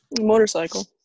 Motorcycle